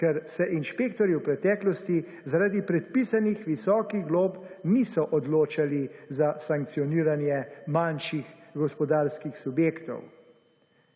ker se inšpektorji v preteklosti zaradi predpisanih visokih glob niso odločali za sankcioniranje manjših gospodarskih subjektov.